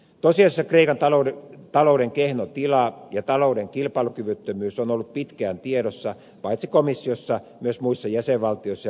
tosiasiassa kreikan talouden kehno tila ja talouden kilpailukyvyttömyys on ollut pitkään tiedossa paitsi komissiossa myös muissa jäsenvaltioissa ja rahoitusmarkkinoilla